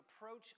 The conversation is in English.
approach